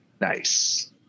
Nice